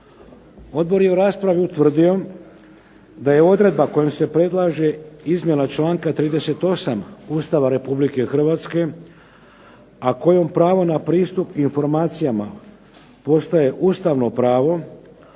Odbor je u raspravi utvrdio da je odredba kojom se predlaže izmjena članaka 38. Ustava Republike Hrvatske, a kojom pravo na pristup informacijama postaje ustavno pravo